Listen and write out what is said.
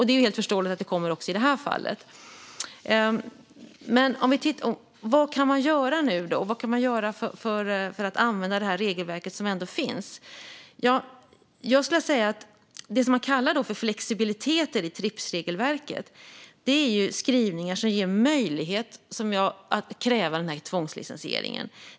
Det är helt förståeligt att det är så också i det här fallet. Vad kan man då göra, och vad kan man göra för att använda det regelverk som ändå finns? Jag skulle vilja säga att det som man kallar för flexibilitet enligt Tripsregelverket är skrivningar som ger möjlighet att kräva tvångslicensiering.